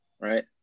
right